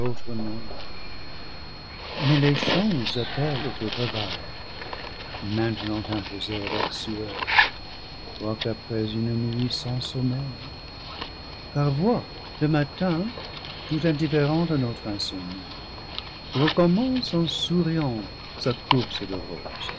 nom mais les champs nous appellent au travail maintenant imposé avec sueur quoique après une nuit sans sommeil car vois le malin tout indifférent à notre insomnie recommence en souriant sa course de roses